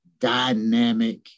dynamic